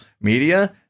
media